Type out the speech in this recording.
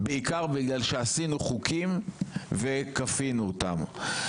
בעיקר בגלל שעשינו חוקים וכפינו אותם.